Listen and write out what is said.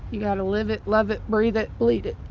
you gotta live it, love it, breathe it, bleed it.